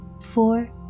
four